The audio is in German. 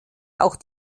auch